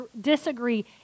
disagree